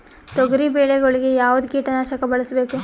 ತೊಗರಿಬೇಳೆ ಗೊಳಿಗ ಯಾವದ ಕೀಟನಾಶಕ ಬಳಸಬೇಕು?